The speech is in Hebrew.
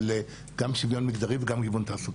גם שוויון מגדרי וגם גיוון תעסוקתי.